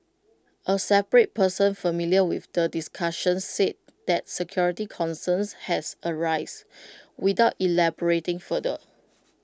A separate person familiar with the discussions said that security concerns has arise without elaborating further